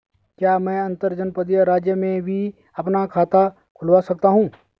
क्या मैं अंतर्जनपदीय राज्य में भी अपना खाता खुलवा सकता हूँ?